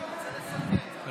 אני רוצה לסכם.